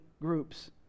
groups